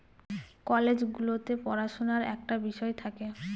college গুলোতে পড়াশুনার একটা বিষয় থাকে